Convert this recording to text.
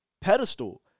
pedestal